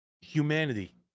Humanity